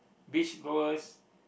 beach goers